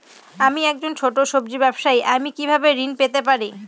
আমি একজন ছোট সব্জি ব্যবসায়ী আমি কিভাবে ঋণ পেতে পারি?